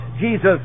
Jesus